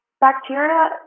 bacteria